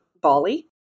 Bali